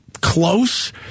close